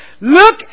Look